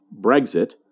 Brexit